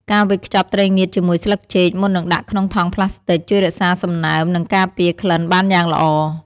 ការវេចខ្ចប់ត្រីងៀតជាមួយស្លឹកចេកមុននឹងដាក់ក្នុងថង់ប្លាស្ទិក ជួយរក្សាសំណើម និងការពារក្លិនបានយ៉ាងល្អ។